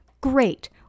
great